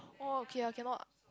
oh okay I cannot